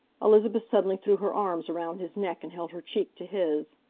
elizabeth suddenly threw her arms around his neck and held her cheek to his.